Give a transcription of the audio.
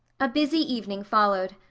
a busy evening followed.